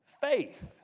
faith